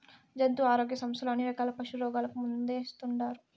జంతు ఆరోగ్య సంస్థలు అన్ని రకాల పశుల రోగాలకు మందేస్తుండారు